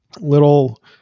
little